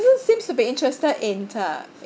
seems to be interested in uh